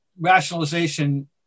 rationalization